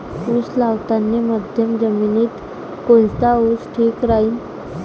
उस लावतानी मध्यम जमिनीत कोनचा ऊस ठीक राहीन?